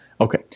Okay